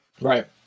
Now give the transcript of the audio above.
right